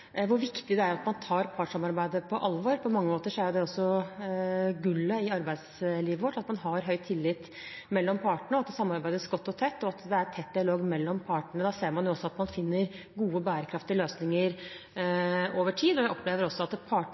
hvor viktig det er at man tar partssamarbeidet på alvor. På mange måter er det gullet i arbeidslivet vårt, at man har høy tillit mellom partene, at det samarbeides godt og tett, og at det er tett dialog mellom partene. Da ser man også at man finner gode, bærekraftige løsninger over tid. Jeg opplever også at partene